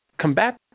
combat